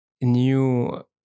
new